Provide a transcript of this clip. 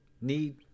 need